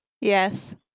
Yes